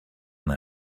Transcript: done